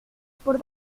por